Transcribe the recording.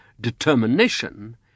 determination